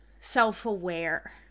self-aware